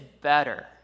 better